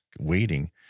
waiting